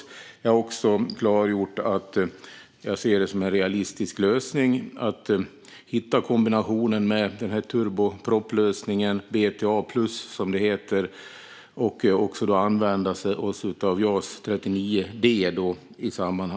Jag har också klargjort att jag ser det som en realistisk lösning att hitta en kombination med turboproplösningen, BTA plus, och att också använda JAS 39 D.